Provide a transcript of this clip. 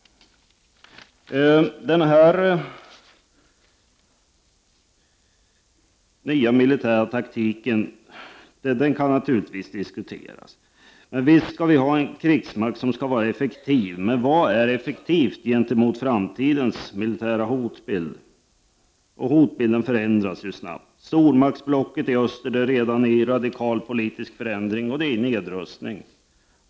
Den nya militära taktiken kan naturligtvis diskuteras. Visst skall vi ha en krigsmakt som skall vara effektiv. Men vad är effektivt gentemot framtidens militära hotbild? Hotbilden förändras ju snabbt. Stormaktsblocket i öster genomgår redan en radikal politisk förändring och har påbörjat en nedrustning.